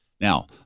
Now